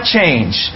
change